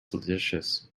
delicious